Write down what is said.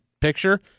picture